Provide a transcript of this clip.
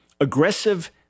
Aggressive